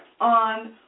on